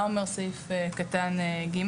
מה אומר סעיף קטן (ג),